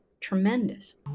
Tremendous